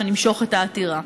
שנמשוך את העתירה.